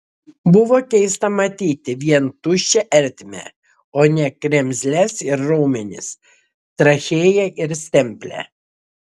buvo keista matyti vien tuščią ertmę o ne kremzles ir raumenis trachėją ir stemplę